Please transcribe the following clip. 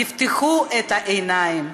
תפקחו את העיניים,